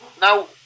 Now